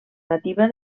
nativa